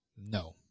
No